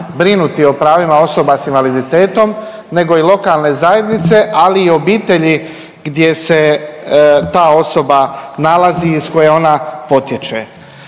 brinuti o pravima osoba sa invaliditetom nego i lokalne zajednice ali i obitelji gdje se ta osoba nalazi, iz koje ona potječe.